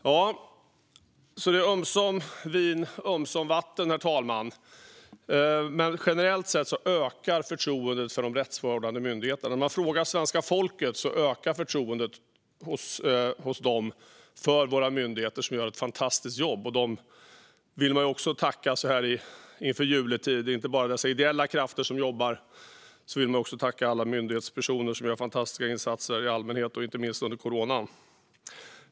Det är alltså ömsom vin, ömsom vatten, herr talman, men generellt sett ökar förtroendet för de rättsvårdande myndigheterna. När man frågar svenska folket får man svaret att deras förtroende för våra myndigheter, som gör ett fantastiskt jobb, ökar. Myndigheterna vill man också tacka så här i juletid; utöver alla de ideella krafter som jobbar vill man ju tacka alla myndighetspersoner som gör fantastiska insatser i allmänhet, inte minst under corona.